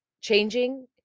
changing